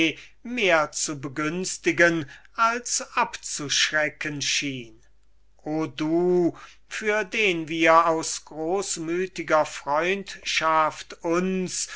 mehr zu begünstigen als abzuschrecken schien o du für den wir aus großmütiger freundschaft uns